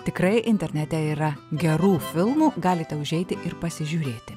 tikrai internete yra gerų filmų galite užeiti ir pasižiūrėti